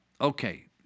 Okay